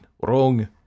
wrong